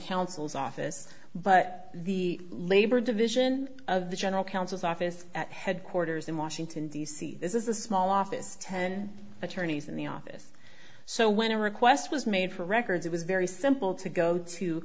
counsel's office but the labor division of the general counsel's office at headquarters in washington d c this is a small office ten attorneys in the office so when a request was made for records it was very simple to go to